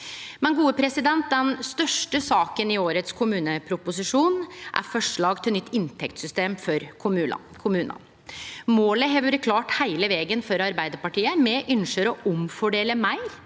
del i den ordninga. Den største saka i årets kommuneproposisjon er forslag til nytt inntektssystem for kommunane. Målet har vore klart heile vegen for Arbeidarpartiet: Me ønskjer å omfordele meir